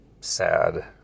sad